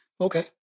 Okay